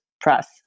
press